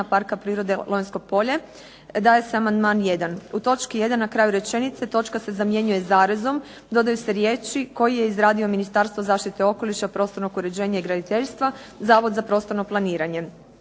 Parka prirode Lonjsko polje daje se amandman jedan, u točki 1. na kraju rečenice točka se zamjenjuje zarezom, dodaju se riječi koji je izradio Ministarstvo zaštite okoliša, prostornog uređenja i graditeljstva, Zavod za prostorno planiranje.